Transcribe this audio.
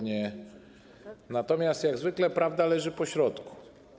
Natomiast jak zwykle prawda leży pośrodku.